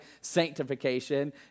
Sanctification